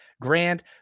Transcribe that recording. Grand